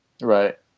Right